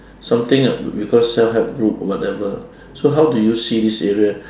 something like we call self-help group or whatever so how do you see this area